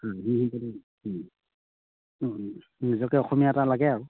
নিজকে অসমীয়া এটা লাগে আৰু